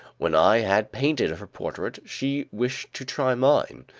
when i had painted her portrait, she wished to try mine.